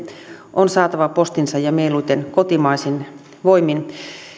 on saatava postinsa ja mieluiten kotimaisin voimin